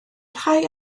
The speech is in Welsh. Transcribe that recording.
rhai